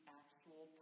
actual